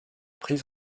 prise